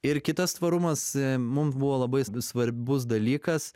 ir kitas tvarumas mum buvo labai svarbus dalykas